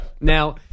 Now